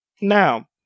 Now